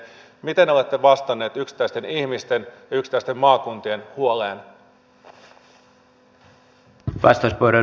miten olette vastanneet yksittäisten ihmisten ja yksittäisten maakuntien huoleen